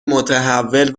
متحول